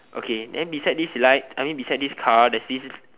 okay then beside this light I mean beside this car there's this